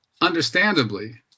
understandably